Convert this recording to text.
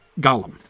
Gollum